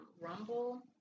Rumble